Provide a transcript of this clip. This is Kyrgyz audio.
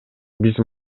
биз